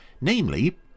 Namely